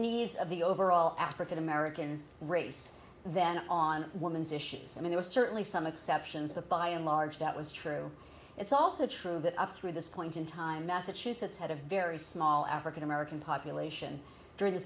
of the overall african american race then on women's issues i mean there are certainly some exceptions that by and large that was true it's also true that up through this point in time massachusetts had a very small african american population during the